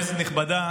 כנסת נכבדה,